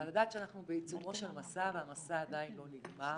לדעת שאנחנו בעיצומו של מסע והמסע עדיין לא נגמר.